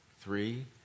three